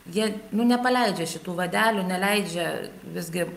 jie nu nepaleidžia šitų vadelių neleidžia visgi